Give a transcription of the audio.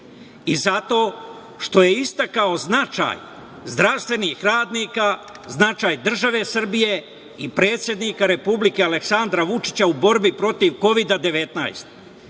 i zato što je istakao značaj zdravstvenih radnika, značaj države Srbije i predsednika Republike, Aleksandra Vučića, u borbi protiv